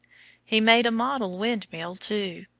he made a model windmill too.